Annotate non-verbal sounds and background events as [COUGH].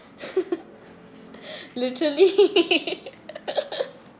[LAUGHS] literally [LAUGHS]